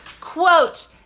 Quote